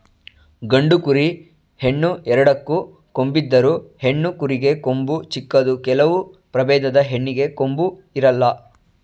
ಗಂಡು ಕುರಿ, ಹೆಣ್ಣು ಎರಡಕ್ಕೂ ಕೊಂಬಿದ್ದರು, ಹೆಣ್ಣು ಕುರಿಗೆ ಕೊಂಬು ಚಿಕ್ಕದು ಕೆಲವು ಪ್ರಭೇದದ ಹೆಣ್ಣಿಗೆ ಕೊಂಬು ಇರಲ್ಲ